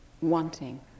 wanting